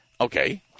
Okay